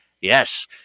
Yes